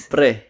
Pre